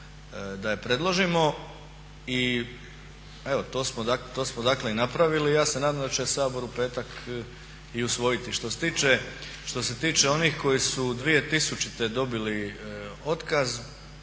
da je predložimo i evo to smo dakle i napravili. Ja se nadam da će Sabor u petak i usvojiti. Što se tiče onih koji su 2000. dobili otkaz,